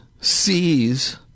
sees